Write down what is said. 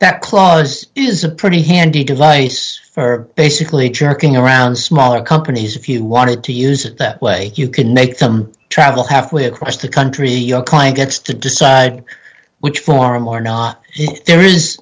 that clause is a pretty handy device for basically jerking around smaller companies if you wanted to use it that way you can make them travel halfway across the country your client gets to decide which forum or not there is